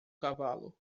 cavalo